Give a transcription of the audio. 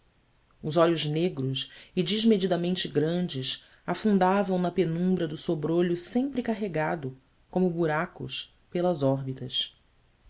os olhos negros e desmedidamente grandes afundavam na penumbra do sobrolho sempre carregado como buracos pelas órbitas